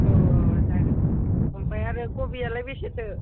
अ जागोन ओमफ्राय आरो कबियालाय बेसेथो